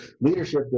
leadership